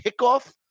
kickoff